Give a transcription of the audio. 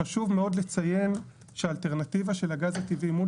חשוב מאוד לציין שהאלטרנטיבה של הגז הטבעי מול